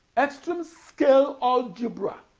extreme-scale algebra